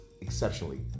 exceptionally